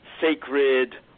sacred